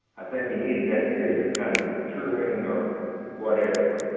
i think he needed that period of kind of maturing or whatever.